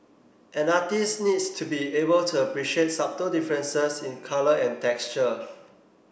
an artist needs to be able to appreciate subtle differences in colour and texture